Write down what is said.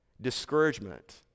Discouragement